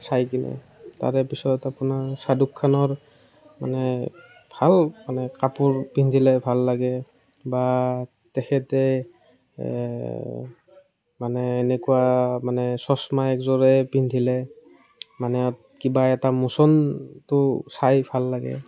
চাইকিনে তাৰে পিছত আপোনাৰ শ্বাহৰুখ খানৰ মানে ভাল মানে কাপোৰ পিন্ধিলে ভাল লাগে বা তেখেতে এ মানে এনেকুৱা মানে চছমা এযোৰে পিন্ধিলে মানে কিবা এটা মোচনটো চাই ভাল লাগে